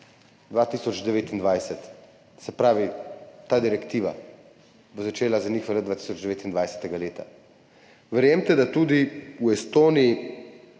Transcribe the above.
se pravi, ta direktiva bo začela za njih velja 2029 leta. Verjemite, da tudi v Estoniji